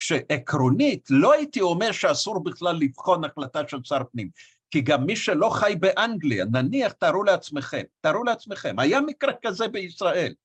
שעקרונית, לא הייתי אומר שאסור בכלל לבחון החלטה של שר פנים, כי גם מי שלא חי באנגליה, נניח, תארו לעצמכם, תארו לעצמכם, היה מקרה כזה בישראל.